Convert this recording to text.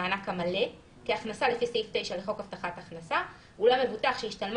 המענק המלא כהכנסה לפי סעיף 9 לחוק הבטחת הכנסה ואולם מבוטח שהשתלמה